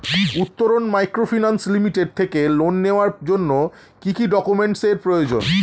Uttaran microfinance limited থেকে loan নেওয়ার জন্য কি কি ডকুমেন্টস এর প্রয়োজন?